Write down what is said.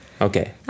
Okay